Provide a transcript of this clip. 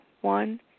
one